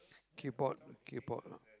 K pot K pot lah